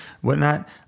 whatnot